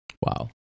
Wow